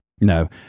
No